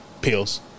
pills